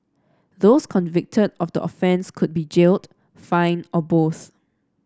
those convicted of the offence could be jailed fined or both